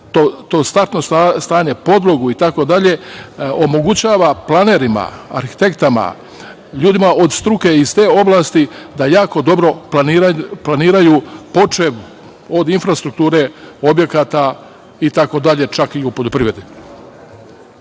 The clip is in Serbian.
to startno stanje, podlogu, itd, omogućava planerima, arhitektama, ljudima od struke iz te oblasti da jako dobro planiraju, počev od infrastrukture objekata itd, čak i u poljoprivredi. Ovde